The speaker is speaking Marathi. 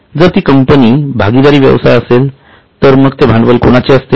जर ती कंपनी भागीदारी व्यवसाय असले तर मग ते भांडवल कोणाचे असेल